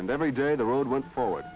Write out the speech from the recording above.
and every day the road went forward